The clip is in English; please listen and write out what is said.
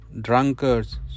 drunkards